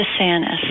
DeSantis